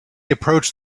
approached